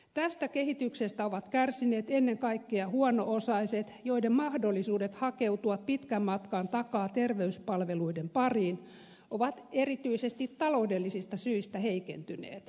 tästä kehityksestä ovat kärsineet ennen kaikkea huono osaiset joiden mahdollisuudet hakeutua pitkän matkan takaa terveyspalveluiden pariin ovat erityisesti taloudellisista syistä heikentyneet